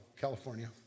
California